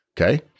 okay